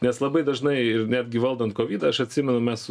nes labai dažnai ir netgi valdant kovidą aš atsimenu mes